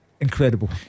incredible